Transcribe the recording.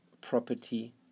property